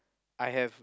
I have